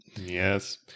Yes